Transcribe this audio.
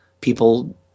people